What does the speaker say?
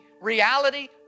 reality